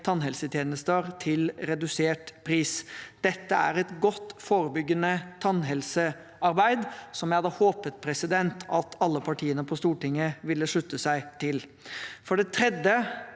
tannhelsetjenester til redusert pris. Dette er et godt forebyggende tannhelsearbeid, som jeg hadde håpet at alle partiene på Stortinget ville slutte seg til. For det tredje